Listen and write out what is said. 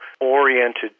oriented